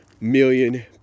million